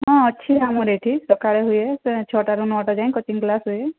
ହଁ ଅଛି ଆମର ଏଠି ସକାଳେ ହୁଏ ଛଅଟାରୁ ନଅଟା ଯାଏଁ କୋଚିଙ୍ଗ କ୍ଲାସ ହୁଏ